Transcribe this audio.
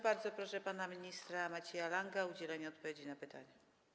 Bardzo proszę pana ministra Macieja Langa o udzielenie odpowiedzi na pytanie.